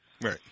Right